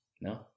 No